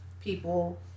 people